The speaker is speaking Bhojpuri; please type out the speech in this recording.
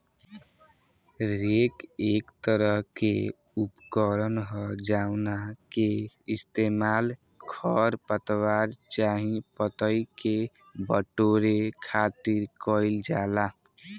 रेक एक तरह के उपकरण ह जावना के इस्तेमाल खर पतवार चाहे पतई के बटोरे खातिर कईल जाला